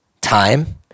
time